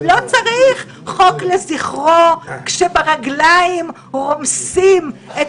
לא צריך חוק לזכרו כשברגלים רומסים את